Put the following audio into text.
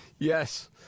Yes